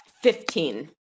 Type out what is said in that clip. Fifteen